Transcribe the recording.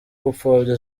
gupfobya